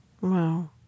Wow